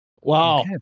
Wow